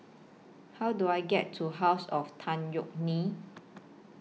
How Do I get to House of Tan Yeok Nee